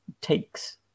takes